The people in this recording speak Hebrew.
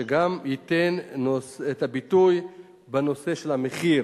שגם ייתן את הביטוי בנושא של המחיר